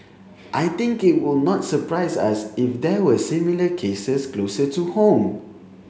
I think it would not surprise us if there were similar cases closer to home